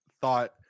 thought